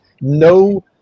no